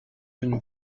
une